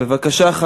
בבקשה.